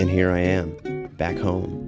and here i am back home